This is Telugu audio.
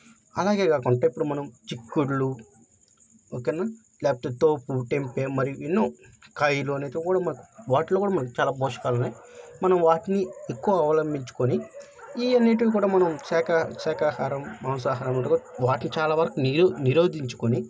అలాగే కాకుంటే ఇప్పుడు మనం చిక్కుడ్లు ఓకేనా లేకపోతే తోపు టెంపే మరియు ఎన్నో కాయలు అనేటివి కూడా మన వాటిలో కూడా మన చాలా పోషకాలు ఉన్నాయి మనం వాటిని ఎక్కువ అవలంబించుకొని ఇవన్నింటినీ కూడా మనం శాకా శాకాహారం మాంసాహారం అంట వాటిని చాలా వరకు నిరు నిరోధించుకొని